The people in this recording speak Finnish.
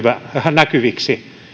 näkyviksi